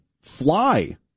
fly